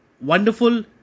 wonderful